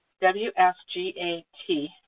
W-S-G-A-T